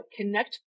connect